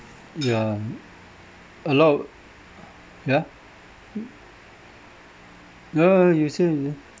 ya a lot yeah no no no you say ya